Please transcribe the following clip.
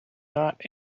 not